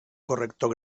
corrector